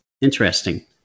Interesting